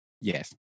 yes